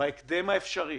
בהקדם האפשרי